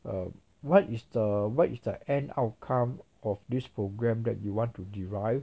um what is the what is the end outcome of this program that you want to derive